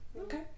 Okay